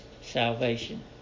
salvation